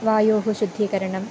वायोः शुद्धीकरणम्